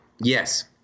Yes